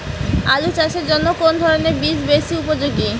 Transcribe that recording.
আলু চাষের জন্য কোন ধরণের বীজ বেশি উপযোগী?